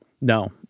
No